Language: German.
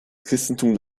christentum